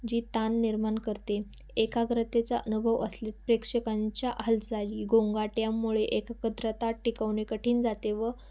जी ताण निर्माण करते एकाग्रतेचा अनुभव असले प्रेक्षकांच्या हालचाली गोंगाट्यांमुळे एककत्राता टिकवणे कठीण जाते व